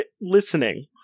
listening